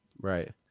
Right